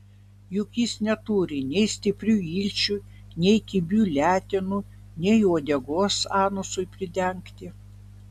juk jis neturi nei stiprių ilčių nei kibių letenų nei uodegos anusui pridengti